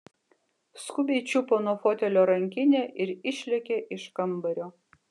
skubiai čiupo nuo fotelio rankinę ir išlėkė iš kambario